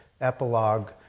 epilogue